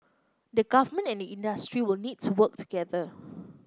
the government and the industry will need to work together